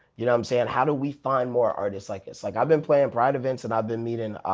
you know um saying? how do we find more artists like this? like i've been playing pride events and i've been meeting.